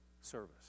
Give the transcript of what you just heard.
service